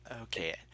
Okay